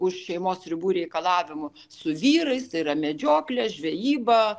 už šeimos ribų reikalavimų su vyrais tai yra medžioklė žvejyba